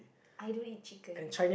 I don't eat chicken